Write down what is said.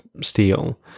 steel